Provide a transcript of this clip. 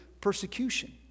persecution